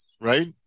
right